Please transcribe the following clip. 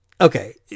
Okay